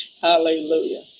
Hallelujah